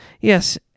yes